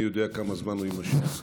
מי יודע כמה זמן הוא יימשך.